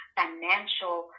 financial